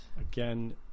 Again